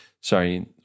Sorry